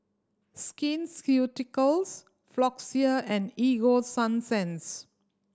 Skin Ceuticals Floxia and Ego Sunsense